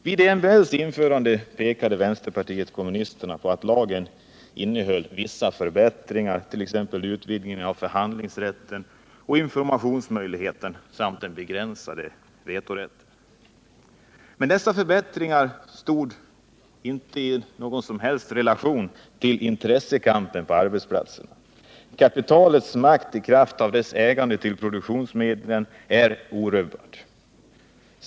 Vid MBL:s införande pekade vänsterpartiet kommunisterna på att lagen innehöll vissa förbättringar, t.ex. utvidgningen av förhandlingsrätten, informationsmöjligheterna samt den begränsade vetorätten. Men dessa förbättringar stod inte i någon relation till intressekampen på arbetsplatserna. Kapitalets makt i kraft av dess ägande till produktionsmedlen är orubbad.